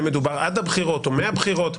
אם מדובר עד הבחירות או מהבחירות,